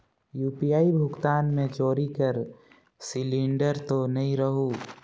UPI भुगतान मे चोरी कर सिलिंडर तो नइ रहु?